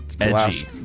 edgy